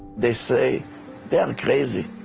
they say they are crazy.